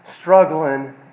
struggling